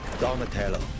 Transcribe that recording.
Donatello